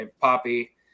poppy